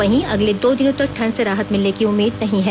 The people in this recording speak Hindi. वहीं अगले दो दिनों तक ठंड से राहत मिलने की उम्मीद नहीं है